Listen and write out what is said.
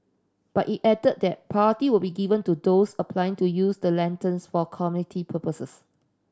but it added that priority will be given to those applying to use the lanterns for community purposes